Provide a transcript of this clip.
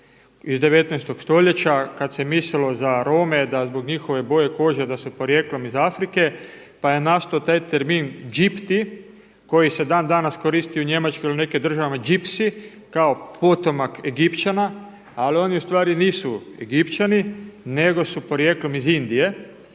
iz 19. stoljeća kada se mislilo za Rome da zbog njihove boje kože da su porijeklom iz Afrike pa je nastao taj termin gipti koji se danas koristi u Njemačkoj ili u nekim državama gipsy kao potomak Egipćana, ali oni ustvari nisu Egipćani nego su porijeklom iz Indije